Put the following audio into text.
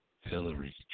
Hillary